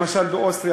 למשל באוסטריה,